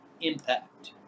impact